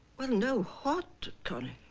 well know what connie